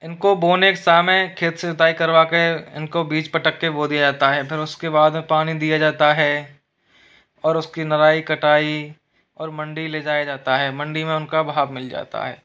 इनको बोने के सामय खेत से जुताई करवा के इनको बीच पटक के बो दिया जाता है फिर उसके बाद में पानी दिया जाता है और उसकी नराई कटाई और मंडी ले जाया जाता है मंडी में उनका भाव मिल जाता है